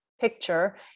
picture